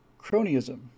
cronyism